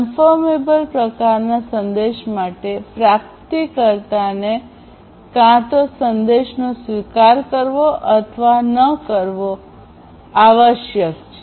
confirmable પ્રકારનાં સંદેશ માટે પ્રાપ્તકર્તાને કાં તો સંદેશનો સ્વીકાર કરવો અથવા ન કરવો આવશ્યક છે